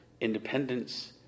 independence